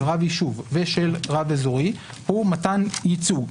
רב יישוב ושל רב אזורי הוא מתן ייצוג,